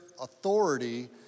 authority